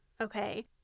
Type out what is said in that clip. okay